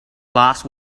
last